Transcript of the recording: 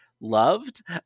loved